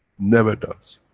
never does.